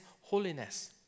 holiness